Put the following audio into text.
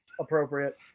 appropriate